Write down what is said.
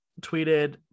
tweeted